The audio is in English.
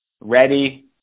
Ready